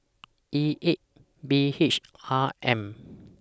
E eight B H R M